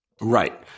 Right